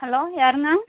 hello யாருங்க